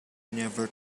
never